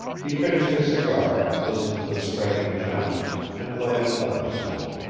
he finished his cigar, listened to the striking chimes, and lighted another smoke.